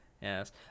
Yes